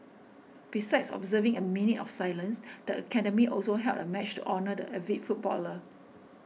besides observing a minute of silence the academy also held a match to honour the avid footballer